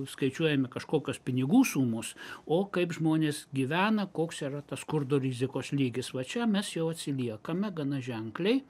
skaičiuojami kažkokios pinigų sumos o kaip žmonės gyvena koks yra tas skurdo rizikos lygis va čia mes jau atsiliekame gana ženkliai